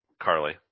Carly